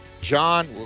John